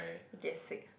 get sick